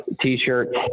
T-shirts